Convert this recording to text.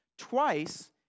twice